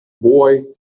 boy